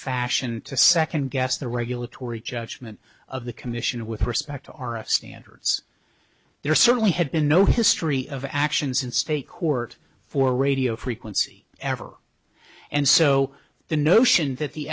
fashion to second guess the regulatory judgment of the commission with respect to r f standards there certainly have been no history of actions in state court for radio frequency ever and so the notion that the